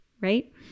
right